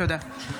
תודה.